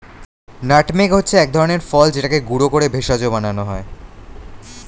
nutmeg হচ্ছে এক ধরনের ফল যেটাকে গুঁড়ো করে ভেষজ বানানো হয়